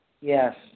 Yes